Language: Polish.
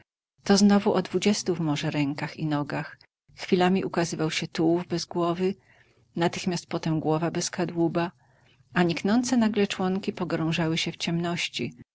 to znowu o dwudziestu może rękach i nogach chwilami ukazywał się tułów bez głowy natychmiast potem głowa bez kadłuba a niknące nagle członki pogrążały się w ciemności